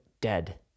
dead